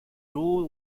rule